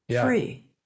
free